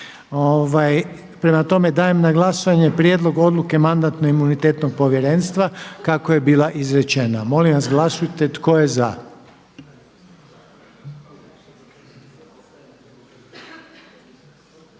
Prema tome, dajem na glasovanje Prijedlog odluke Mandatno-imunitetno povjerenstva kako je bila izrečena. Molim vas glasujte tko je za.